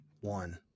one